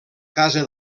casa